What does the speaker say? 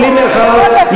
בלי מירכאות,